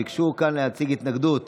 ביקשו להציג התנגדות